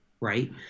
right